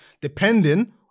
depending